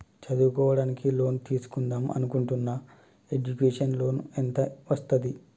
చదువుకోవడానికి లోన్ తీస్కుందాం అనుకుంటున్నా ఎడ్యుకేషన్ లోన్ ఎంత వస్తది?